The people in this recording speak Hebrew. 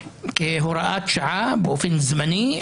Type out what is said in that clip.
כהוראת שעה באופן זמני.